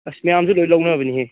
ꯑꯁ ꯃꯌꯥꯝꯁꯨ ꯂꯣꯏ ꯂꯧꯅꯕꯅꯦꯍꯦ